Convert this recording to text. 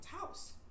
house